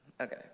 okay